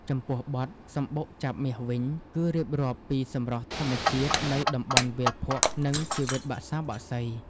ចំពោះបទ «សំបុកចាបមាស» វិញ គឺរៀបរាប់ពីសម្រស់ធម្មជាតិនៅតំបន់វាលភក់ និងជីវិតបក្សាបក្សី។